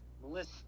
melissa